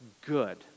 good